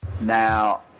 Now